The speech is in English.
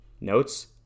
notes